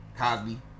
Cosby